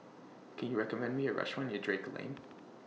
Can YOU recommend Me A Restaurant near Drake Lane